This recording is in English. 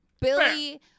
Billy